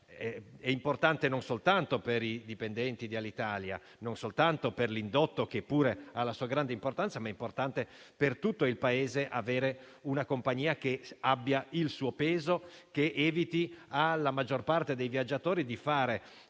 È importante non soltanto per i dipendenti di Alitalia, non soltanto per l'indotto, che pure ha la sua grande rilevanza, ma anche per tutto il Paese avere una compagnia che abbia il suo peso, che eviti alla maggior parte dei viaggiatori di fare